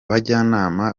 bajyanama